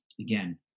again